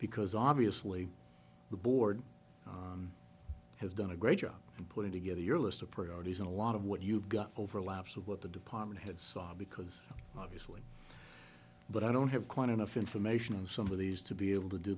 because obviously the board has done a great job of putting together your list of priorities and a lot of what you've got overlaps of what the department had sought because obviously but i don't have quite enough information in some of these to be able to do